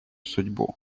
судьбу